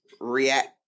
react